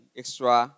extra